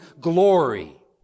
glory